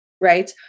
right